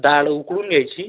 डहाळ उकळून घ्यायची